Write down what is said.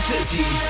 City